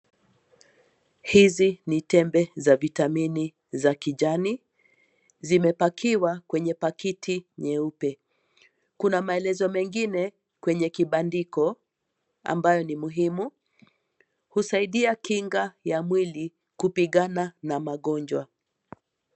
Hizi ni tembe za vitamini za kijani, zimepakiwa kwenye paketi nyeupe, kuna maelezo mengine, kwenye kibandiko, ambayo ni muhimu, husaidia kinga ya mwili, kupigana na magonjwa.